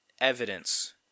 evidence